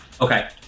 Okay